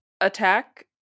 attack